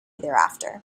thereafter